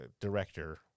director